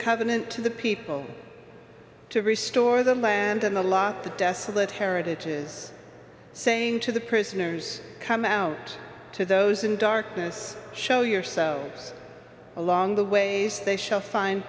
covenant to the people to restore them by and in the law the desolate heritage is saying to the prisoners come out to those in darkness show yourselves along the way they sh